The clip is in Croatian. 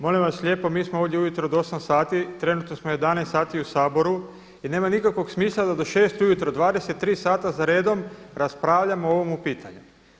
Molim vas lijepo, mi smo ovdje ujutro od 8 sati, trenutno smo 11 sati u Saboru i nema nikakvog smisla da do 6 ujutro, 23 sata za redom raspravljamo o ovom pitanju.